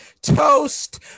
toast